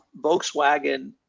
Volkswagen